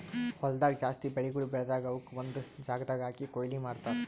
ಹೊಲ್ದಾಗ್ ಜಾಸ್ತಿ ಬೆಳಿಗೊಳ್ ಬೆಳದಾಗ್ ಅವುಕ್ ಒಂದು ಜಾಗದಾಗ್ ಹಾಕಿ ಕೊಯ್ಲಿ ಮಾಡ್ತಾರ್